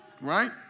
Right